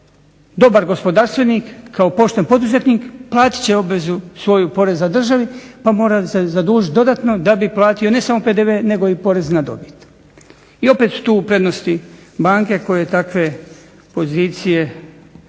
dobar gospodarstvenik, kao pošten poduzetnik platiti će obvezu svoju poreza državi pa mora se zadužiti dodatno da bi platio ne samo PDV nego i porez na dobit i opet su tu u prednosti banke koje takve pozicije